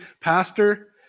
pastor